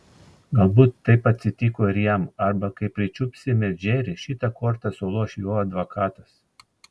galbūt taip atsitiko ir jam arba kai pričiupsime džerį šita korta suloš jo advokatas